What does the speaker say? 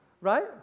Right